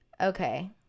Okay